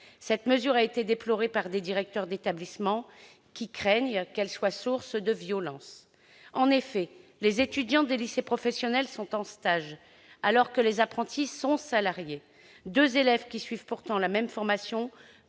telle mesure a été déplorée par des directeurs d'établissement, qui craignent qu'elle soit source de violences. En effet, les étudiants des lycées professionnels sont en stage alors que les apprentis sont salariés. Deux élèves qui suivent pourtant la même formation